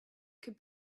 could